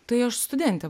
tai aš studentė